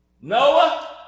Noah